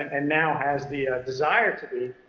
and now has the desire to be,